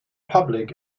public